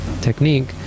technique